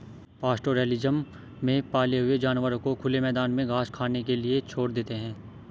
pastoralism में पाले हुए जानवरों को खुले मैदान में घास खाने के लिए छोड़ देते है